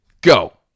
Go